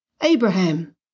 Abraham